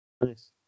Nice